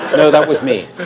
no, that was me.